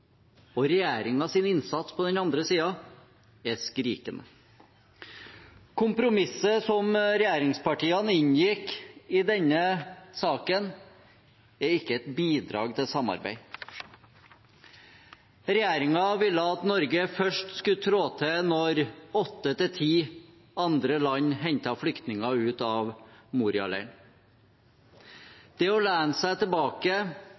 og regjeringens innsats på den andre siden er skrikende. Kompromisset som regjeringspartiene inngikk i denne saken, er ikke et bidrag til samarbeid. Regjeringen ville at Norge først skulle trå til når åtte til ti andre land hentet flyktninger ut av Moria-leiren. Det å lene seg tilbake